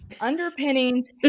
underpinnings